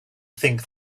think